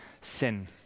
sin